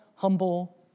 humble